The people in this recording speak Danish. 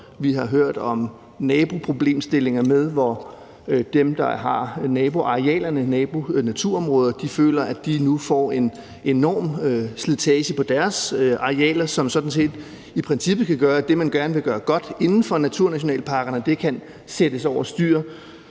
Vi har hørt om naboproblemstillinger, hvor de, der har naboarealerne til naturområderne, føler, at de nu får et enormt slitage på deres arealer, og som sådan set i princippet kan gøre, at det, man gerne vil gøre godt i nationalparkerne, helt eller delvis kan sættes over styr